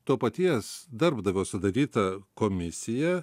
to paties darbdavio sudaryta komisija